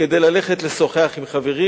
כדי ללכת לשוחח עם חברים,